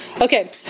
Okay